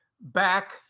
back